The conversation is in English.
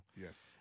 Yes